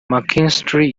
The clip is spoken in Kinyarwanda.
mckinstry